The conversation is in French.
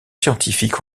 scientifique